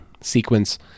sequence